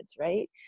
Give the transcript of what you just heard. Right